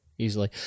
Easily